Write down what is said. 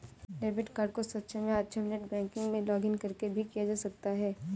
debit card को सक्षम या अक्षम नेट बैंकिंग में लॉगिंन करके भी किया जा सकता है